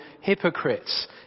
hypocrites